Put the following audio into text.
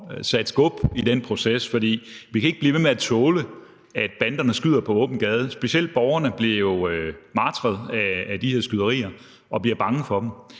sat skub i den proces, for vi kan ikke blive ved med at tåle, at banderne skyder på åben gade. Specielt borgerne bliver jo martret af de her skyderier og bliver bange for dem.